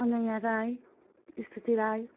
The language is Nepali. अनाया राई स्तुति राई